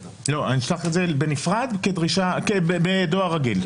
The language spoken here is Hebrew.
לא, אשלח את זה בנפרד בדואר רגיל.